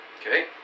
Okay